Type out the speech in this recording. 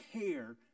care